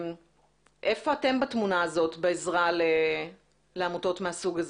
איפה אתם בתמונה הזאת בעזרה לעמותות מהסוג הזה?